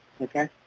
Okay